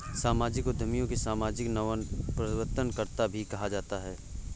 सामाजिक उद्यमियों को सामाजिक नवप्रवर्तनकर्त्ता भी कहा जाता है